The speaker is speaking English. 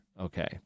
okay